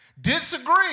Disagree